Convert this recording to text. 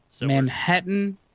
Manhattan